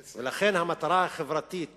ולכן, המטרה החברתית